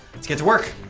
let's get to work.